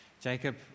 Jacob